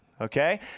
Okay